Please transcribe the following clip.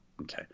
Okay